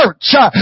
church